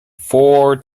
four